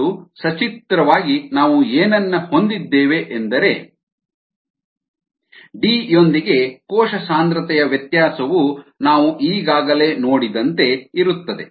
ಮತ್ತು ಸಚಿತ್ರವಾಗಿ ನಾವು ಏನನ್ನ ಹೊಂದಿದ್ದೇವೆ ಎಂದರೆ ಡಿ ಯೊಂದಿಗೆ ಕೋಶ ಸಾಂದ್ರತೆಯ ವ್ಯತ್ಯಾಸವು ನಾವು ಈಗಾಗಲೇ ನೋಡಿದಂತೆ ಇರುತ್ತದೆ